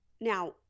Now